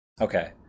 okay